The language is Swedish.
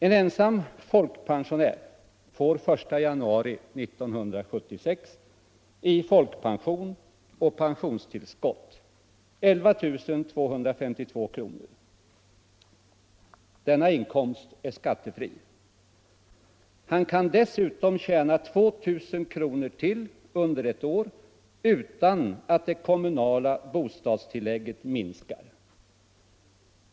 En ensam folkpensionär får från den 1 januari 1976 i folkpension och pensionstillskott 11 252 kr. Denna inkomst är skattefri. Han kan dessutom tjäna 2 000 kr. under ett år utan att det kommunala bostadstillägget minskar.